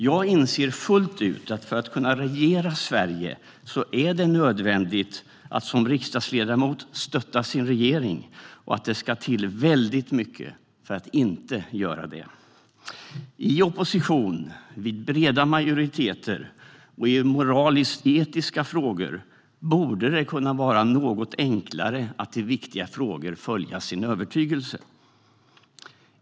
Jag inser fullt ut att det för att kunna regera Sverige är nödvändigt att som riksdagsledamot stötta sin regering och att det ska till väldigt mycket för att inte göra det. I opposition, vid breda majoriteter och i moralisk-etiska frågor borde det kunna vara något enklare att i viktiga frågor följa sin övertygelse.